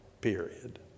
period